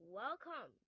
welcome